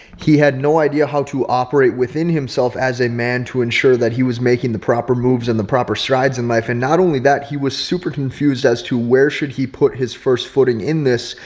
he had no idea how to operate within himself as a man to ensure that he was making the proper moves in the proper strides in life. and not only that, he was super confused as to where should he put his first footing in this,